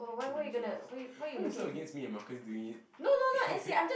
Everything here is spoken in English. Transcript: go to the gym first why you so against me and Marcus doing it